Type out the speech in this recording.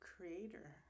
Creator